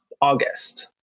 August